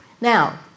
Now